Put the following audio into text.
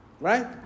right